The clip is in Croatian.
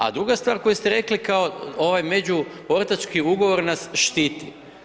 A druga stvar koju ste rekli kao ovaj međuortački ugovor nas štiti.